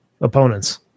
opponents